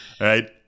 right